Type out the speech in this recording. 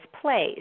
place